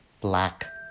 black